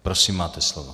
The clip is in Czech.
Prosím, máte slovo.